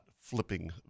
flipping